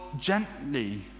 gently